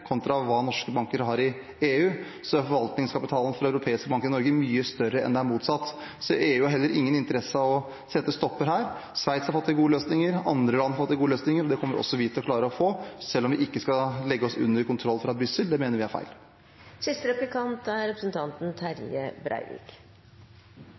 kontra hva norske banker har i EU, er forvaltningskapitalen til europeiske banker i Norge mye større enn motsatt. EU har heller ingen interesse av å sette en stopper her. Sveits har fått til gode løsninger, andre land har fått til gode løsninger. Det kommer også vi til å klare å få, selv om vi ikke skal underlegge oss kontroll fra Brussel. Det mener vi er feil. Sjølv om eg ikkje er